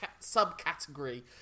subcategory